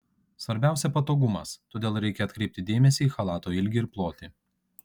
svarbiausia patogumas todėl reikia atkreipti dėmesį į chalato ilgį ir plotį